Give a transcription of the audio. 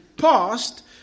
past